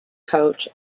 coach